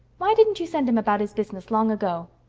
why didn't you send him about his business long ago?